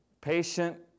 patient